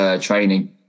training